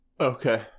okay